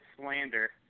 slander